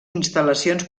instal·lacions